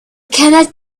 cannot